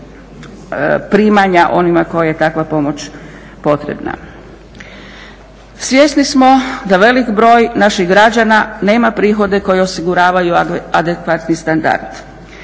Svjesni smo da velik broj naših građana nema prihode koji osiguravaju adekvatni standard,